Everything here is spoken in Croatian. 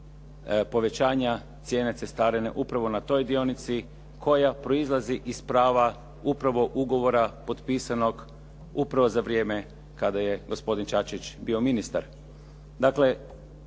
povećanja cijene cestarine upravo na toj dionici koja proizlazi iz prava upravo ugovora potpisanog upravo za vrijeme kada je gospodin Čačić bio ministar.